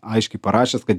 aiškiai parašęs kad